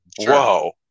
whoa